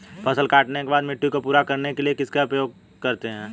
फसल काटने के बाद मिट्टी को पूरा करने के लिए किसका उपयोग करते हैं?